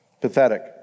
Pathetic